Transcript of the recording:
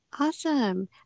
Awesome